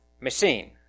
machine